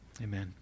Amen